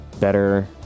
better